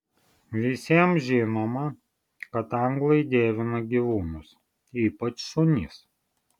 visiems žinoma kad anglai dievina gyvūnus ypač šunis